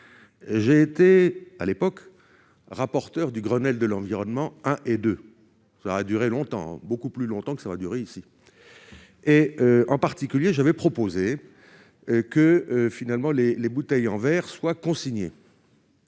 J'ai été, à l'époque, rapporteur des Grenelle de l'environnement I et II. Cela a duré longtemps, beaucoup plus longtemps que ce texte va nous occuper. En particulier, j'avais proposé que les bouteilles en verre soient consignées.